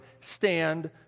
stand